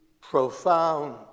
profound